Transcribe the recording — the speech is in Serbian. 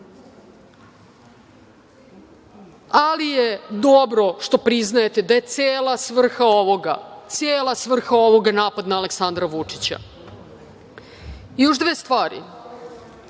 ali je dobro što priznajete da je cela svrha ovoga napad na Aleksandra Vučića. Još dve stvari.